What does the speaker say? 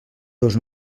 dos